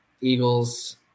Eagles